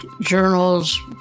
journals